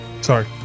Sorry